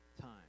time